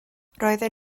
roedden